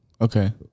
Okay